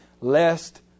lest